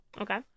Okay